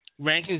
rankings